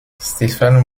stefan